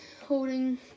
Holding